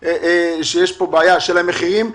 שמענו מהם שיש כאן בעיה לגבי המחירים.